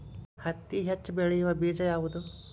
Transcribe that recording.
ಹತ್ತಿ ಹೆಚ್ಚ ಬೆಳೆಯುವ ಬೇಜ ಯಾವುದು?